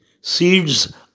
seeds